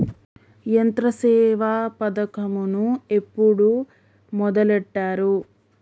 యంత్రసేవ పథకమును ఎప్పుడు మొదలెట్టారు?